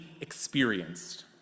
experienced